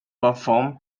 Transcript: performed